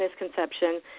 misconception